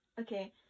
Okay